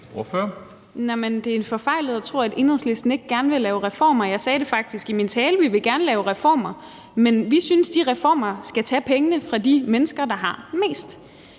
Det er forfejlet at tro, at Enhedslisten ikke gerne vil lave reformer. Jeg sagde faktisk i min tale, at vi gerne vil lave reformer, men vi synes, at man i de reformer skal tage pengene fra de mennesker, der har mest.